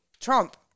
Trump